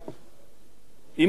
עם השריוניות שהיא